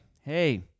hey